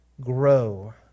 grow